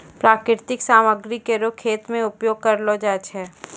प्राकृतिक सामग्री केरो खेत मे उपयोग करलो जाय छै